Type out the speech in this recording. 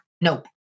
nope